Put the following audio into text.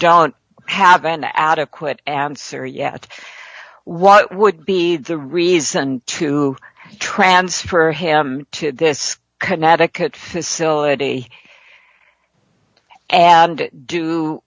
don't have an adequate answer yet what would be the reason to transfer him to this connecticut syllabi and do